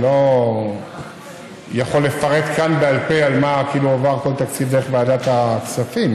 אני לא יכול לפרט כאן בעל פה למה עבר כל תקציב דרך ועדת הכספים.